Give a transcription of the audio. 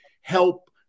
help